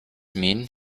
mean